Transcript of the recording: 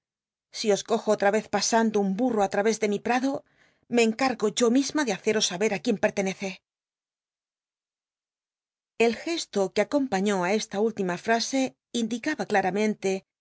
si os cojo otm c z pasando en burro i lral'és de mi prado me enca rgo yo misma de haceros saben quién pert enece el gesto que acompañó á esta última frase indi caba claramente